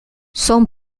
son